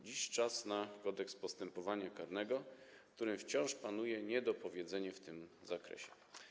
Dziś czas na Kodeks postępowania karnego, w którym wciąż panuje niedopowiedzenie w tym zakresie.